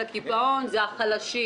והקיפאון זה החלשים.